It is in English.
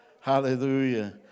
Hallelujah